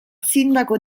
sindaco